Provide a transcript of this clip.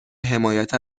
حمایت